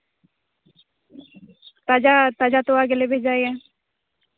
ᱛᱟᱡᱟ ᱛᱟᱡᱟ ᱛᱚᱣᱟ ᱜᱮᱞᱮ ᱵᱷᱮᱡᱟᱭᱟ